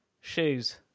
shoes